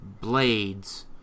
blades